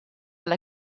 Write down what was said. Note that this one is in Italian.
alla